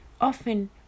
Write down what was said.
often